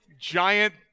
giant